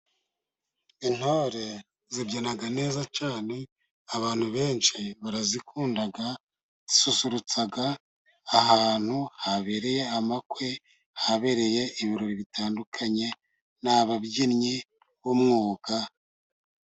Intore zibyina neza cyane abantu benshi barazikunda, zisusurutsa ahantu habereye amakwe, ahabereye ibirori bitandukanye ,ni ababyinnyi b'umwuga.